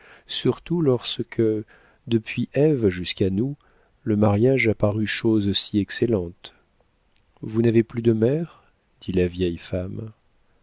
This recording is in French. surtout lorsque depuis ève jusqu'à nous le mariage a paru chose si excellente vous n'avez plus de mère dit la vieille femme